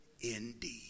indeed